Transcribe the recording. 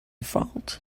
fault